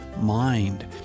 Mind